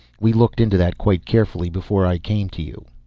we looked into that quite carefully before i came to you.